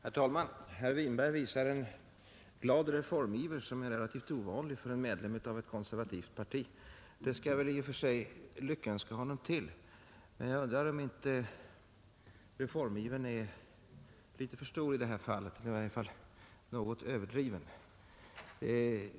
Herr talman! Herr Winberg visar en glad reformiver, som är relativt ovanlig för en medlem av ett konservativt parti. Det skall jag väl i och för sig lyckönska honom till, men jag undrar om inte reformivern är litet för stor i det här fallet eller i varje fall något överdriven.